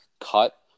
cut